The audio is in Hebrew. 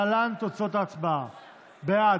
להלן תוצאות ההצבעה: בעד,